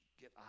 get